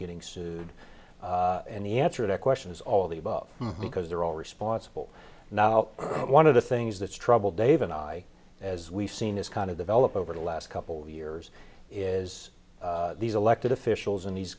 getting sued and the answer to question is all the above because they're all responsible now one of the things that's troubled dave and i as we've seen is kind of develop over the last couple of years is these elected officials and these